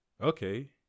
Okay